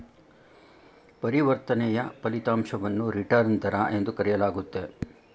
ಪರಿವರ್ತನೆಯ ಫಲಿತಾಂಶವನ್ನು ರಿಟರ್ನ್ ದರ ಎಂದು ಕರೆಯಲಾಗುತ್ತೆ